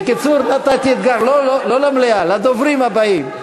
בקיצור, נתתי אתגר, לא למליאה, לדוברים הבאים.